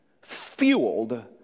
fueled